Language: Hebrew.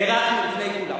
הערכנו לפני כולם.